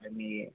మీ